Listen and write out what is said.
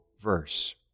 verse